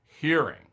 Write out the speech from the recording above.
hearing